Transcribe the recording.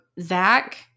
Zach